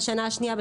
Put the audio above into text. בשנה השנייה,